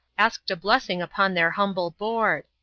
asked a blessing upon their humble board.